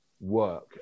work